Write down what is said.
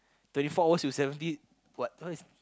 thirty four hours you seventy what that one is